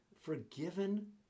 forgiven